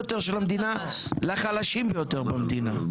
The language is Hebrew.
לחלשים ביותר במדינה.